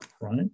right